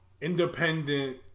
independent